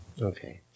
Okay